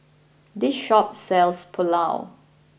this shop sells Pulao